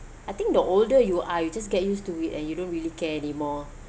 I think the older you are you just get used to it and you don't really care anymore